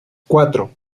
cuatro